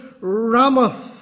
Ramoth